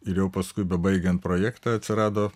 ir jau paskui bebaigiant projektą atsirado